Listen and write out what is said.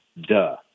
Duh